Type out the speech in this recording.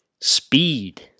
speed